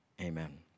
amen